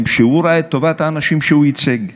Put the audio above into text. שהוא ראה את טובת האנשים שהוא ייצג.